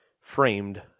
framed